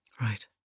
Right